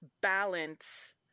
balance